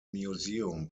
museum